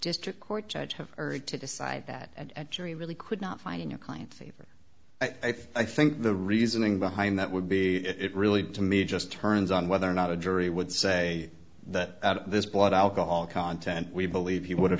district court judge have to decide that a jury really could not find your client thievery i think the reasoning behind that would be it really to me just turns on whether or not a jury would say that this blood alcohol content we believe he would